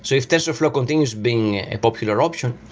so if tensorflow continued being a popular option,